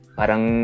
parang